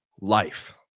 life